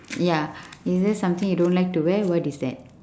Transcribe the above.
ya is there something you don't like to wear what is that